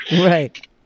right